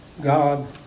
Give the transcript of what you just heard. God